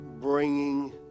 bringing